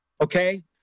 Okay